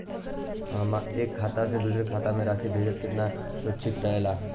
एक खाता से दूसर खाता में राशि भेजल केतना सुरक्षित रहेला?